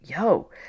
yo